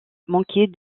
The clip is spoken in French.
manquait